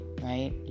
right